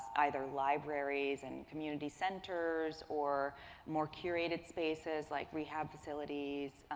either libraries and community centers or more curated spaces like rehab facilities,